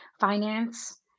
finance